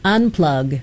Unplug